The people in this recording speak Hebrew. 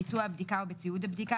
ביצוע הבדיקה או בציוד הבדיקה,